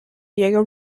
diego